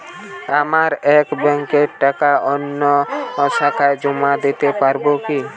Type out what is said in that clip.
আমার এক ব্যাঙ্কের টাকা অন্য শাখায় জমা দিতে পারব কি?